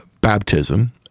baptism